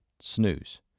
snooze